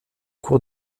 cours